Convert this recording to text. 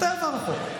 מתי עבר החוק?